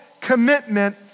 commitment